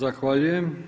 Zahvaljujem.